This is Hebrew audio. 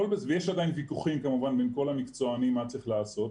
יש עדיין ויכוחים כמובן עם כל המקצוענים מה צריך לעשות,